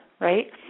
right